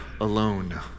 alone